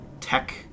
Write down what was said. tech